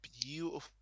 beautiful